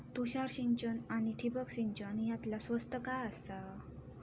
तुषार सिंचन आनी ठिबक सिंचन यातला स्वस्त काय आसा?